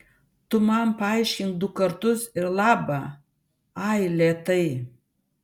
tu man paaiškink du kartus ir laba ai lėtai